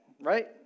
Right